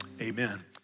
amen